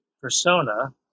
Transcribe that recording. persona